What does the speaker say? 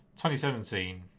2017